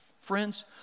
Friends